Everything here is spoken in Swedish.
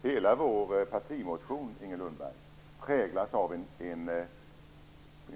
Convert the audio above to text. Fru talman! Hela vår partimotion präglas av en